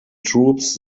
troops